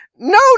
No